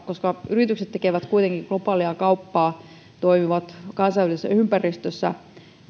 koska yritykset tekevät kuitenkin globaalia kauppaa toimivat kansainvälisessä ympäristössä